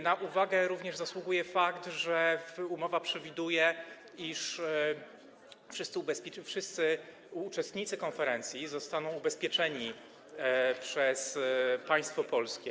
Na uwagę również zasługuje fakt, że umowa przewiduje, iż wszyscy uczestnicy konferencji zostaną ubezpieczeni przez państwo polskie.